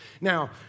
Now